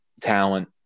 talent